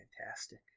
fantastic